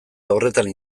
horretan